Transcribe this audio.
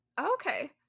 Okay